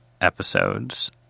episodes